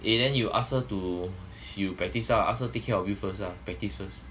eh then you ask her to see you practice ah ask her take care of you first lah practice first